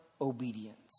obedience